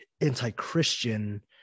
anti-Christian